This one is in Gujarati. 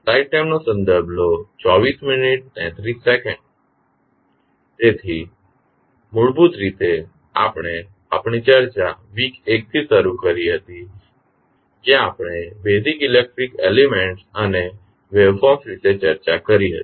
તેથી મૂળભૂત રીતે આપણે આપણી ચર્ચા વીક 1 થી શરૂ કરી હતી જ્યાં આપણે બેઝિક સર્કિટ એલીમેન્ટ્સ અને વેવફોર્મ્સ વિશે ચર્ચા કરી હતી